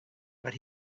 but